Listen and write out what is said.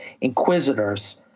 inquisitors